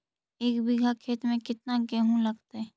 एक बिघा खेत में केतना गेहूं लगतै?